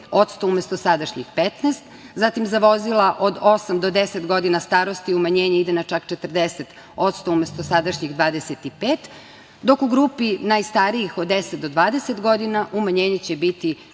25% umesto sadašnjih 15%, zatim, za vozila od osam do 10 godina starosti umanjenje ide na čak 40% umesto sadašnjih 25%, dok u grupi najstarijih od 10 do 20 godina umanjenje će biti